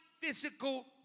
physical